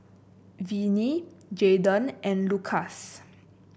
Venie Jaiden and Lukas